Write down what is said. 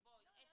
קטנונית.